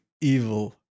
evil